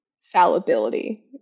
fallibility